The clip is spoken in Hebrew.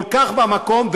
כל כך במקום.